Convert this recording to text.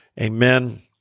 Amen